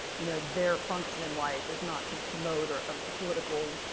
you know, their function in life is not to promote a ah political,